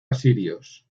asirios